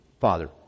Father